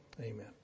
amen